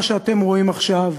מה שאתם רואים עכשיו